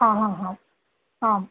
हा हा हा आम्